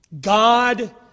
God